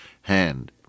hand